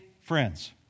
friends